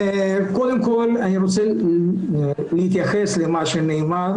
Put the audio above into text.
קודם כל אני רוצה להתייחס למה שנאמר